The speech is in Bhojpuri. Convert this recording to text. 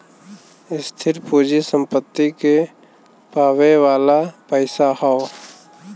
स्थिर पूँजी सम्पत्ति के पावे वाला पइसा हौ